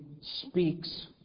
speaks